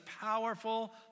powerful